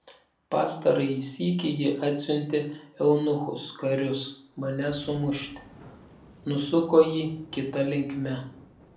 pastarąjį sykį ji atsiuntė eunuchus karius manęs sumušti nusuko jį kita linkme